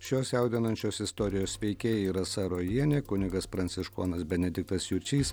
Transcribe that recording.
šios jaudinančios istorijos veikėjai rasa rojienė kunigas pranciškonas benediktas jučys